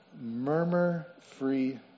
murmur-free